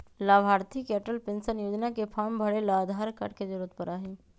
लाभार्थी के अटल पेन्शन योजना के फार्म भरे ला आधार कार्ड के जरूरत पड़ा हई